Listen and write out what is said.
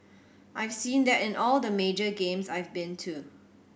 I've seen that in all the major games I've been too